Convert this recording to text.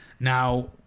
Now